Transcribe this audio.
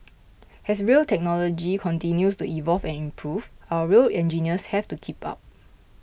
as rail technology continues to evolve and improve our rail engineers have to keep up